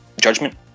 Judgment